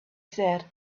said